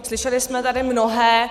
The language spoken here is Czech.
Slyšeli jsme tady mnohé.